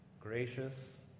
Gracious